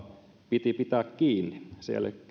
piti pitää kiinni siellä